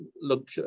look